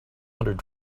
hundred